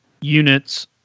units